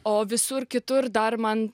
o visur kitur dar man